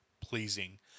pleasing